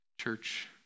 Church